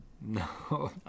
No